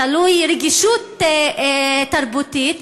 תלוי רגישות תרבותית,